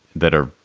that are